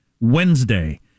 Wednesday